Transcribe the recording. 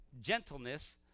gentleness